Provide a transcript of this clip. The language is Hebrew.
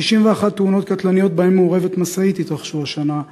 61 תאונות קטלניות שבהן מעורבת משאית היו השנה,